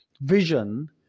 vision